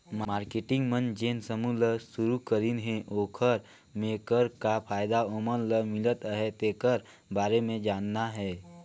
marketing मन जेन समूह ल सुरूकरीन हे ओखर मे कर का फायदा ओमन ल मिलत अहे तेखर बारे मे जानना हे